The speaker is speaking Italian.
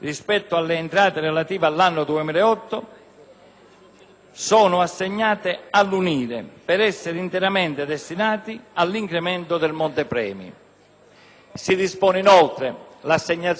sono assegnate all'UNIRE, per essere interamente destinate all'incremento del montepremi. Si dispone, inoltre, l'assegnazione all'UNIRE di un contributo, per il solo anno 2008,